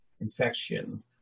infection